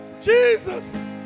Jesus